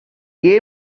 gay